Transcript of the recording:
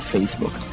Facebook